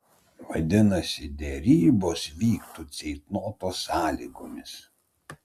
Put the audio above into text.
vadinasi derybos vyktų ceitnoto sąlygomis